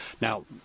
Now